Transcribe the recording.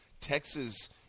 texas